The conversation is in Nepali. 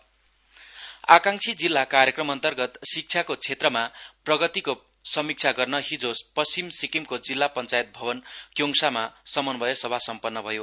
इड्यकेशन वेस्ट आकाङक्षी जिल्ला कार्यक्रम अन्तर्गत शिक्षाको क्षेत्रमा प्रगतिको समीक्षा गर्न हिजो पश्चिम सिक्किमको जिल्ला पञ्चायत भवन क्योडसामा समन्वय सभा सम्पन्न भयो